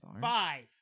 five